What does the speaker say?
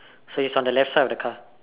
so is on the left side of the car